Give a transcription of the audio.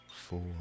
four